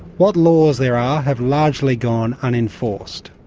what laws there are have largely gone un-enforced.